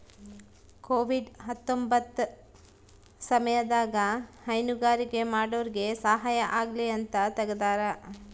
Covid ಹತ್ತೊಂಬತ್ತ ಸಮಯದಾಗ ಹೈನುಗಾರಿಕೆ ಮಾಡೋರ್ಗೆ ಸಹಾಯ ಆಗಲಿ ಅಂತ ತೆಗ್ದಾರ